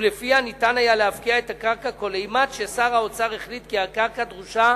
ולפיה היה אפשר להפקיע את הקרקע כל אימת ששר האוצר החליט כי הקרקע דרושה